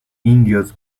indios